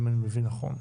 אם אני מבין נכון,